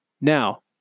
now